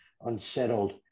unsettled